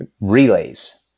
relays